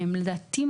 לדעתי,